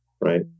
right